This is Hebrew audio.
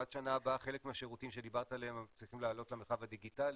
עד השנה הבאה חלק מהשירותים שדיברת עליהם צריכים לעלות למרחב הדיגיטלי,